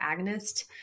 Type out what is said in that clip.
agonist